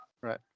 Right